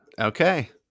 okay